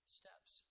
steps